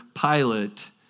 Pilate